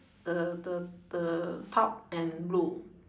the the the top and blue